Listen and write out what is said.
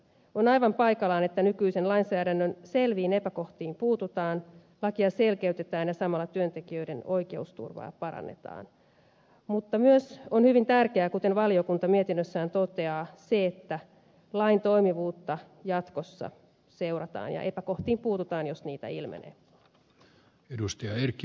on aivan paikallaan että nykyisen lainsäädännön selviin epäkohtiin puututaan lakia selkeytetään ja samalla työntekijöiden oikeusturvaa parannetaan mutta myös on hyvin tärkeää kuten valiokunta mietinnössään toteaa se että lain toimivuutta jatkossa seurataan ja epäkohtiin puututaan jos niitä ilmenee